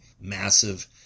massive